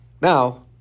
Now